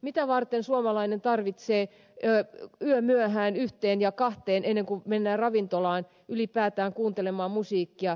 mitä varten suomalaisen tarvitsee viivytellä yömyöhään yhteen ja kahteen ennen kuin mennään ravintolaan ylipäätään kuuntelemaan musiikkia